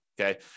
Okay